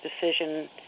decision